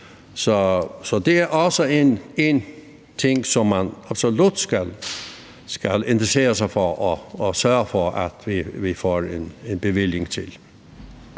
Så det er også en ting, som man absolut skal interesse sig for at sørge for vi får en bevilling til.